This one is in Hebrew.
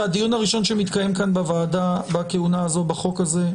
זה הדיון הראשון שמתקיים כאן בוועדה בכהונה הזאת בחוק הזה.